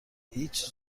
هیچ